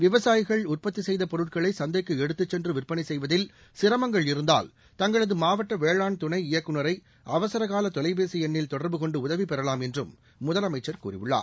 விவசாயிகள் உற்பத்தி செய்த பொருட்களை சந்தைக்கு எடுத்துச் சென்று விற்பனை செய்வதில் சிரமங்கள் இருந்தால் தங்களது மாவட்ட வேளான் துணை இயக்குநரை அவசரனல தொலைபேசியில் எண்ணில் தொடர்புகொண்டு உதவி பெறலாம் என்றும் முதலமைச்சர் கூறியுள்ளார்